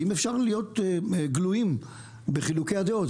ואם אפשר להיות גלויים בחילוקי הדעות,